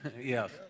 Yes